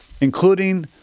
including